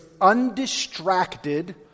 undistracted